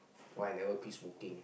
why I never quit smoking